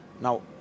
Now